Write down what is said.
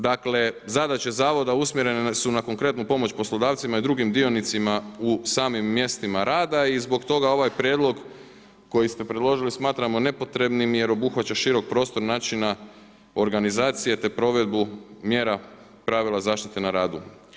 Dakle zadaća zavoda usmjerene su na konkretnu pomoć poslodavcima i drugim dionicima u samim mjestima rada i zbog toga ovaj prijedlog koji ste predložili, smatramo nepotrebnim je obuhvaća širok prostor načina organizacije te provedbu mjera pravila zaštite na radu.